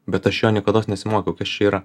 bet aš jo niekados nesimokiau kas čia yra